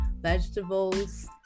vegetables